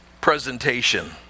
presentation